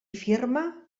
firma